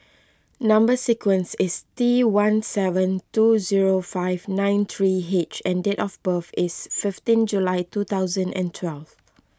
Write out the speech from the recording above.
Number Sequence is T one seven two zero five nine three H and date of birth is fifteen July two thousand and twelve